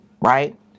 right